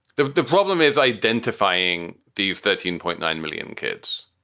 the the problem is identifying these thirteen point nine million kids.